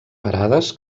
parades